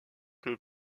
que